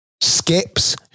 skips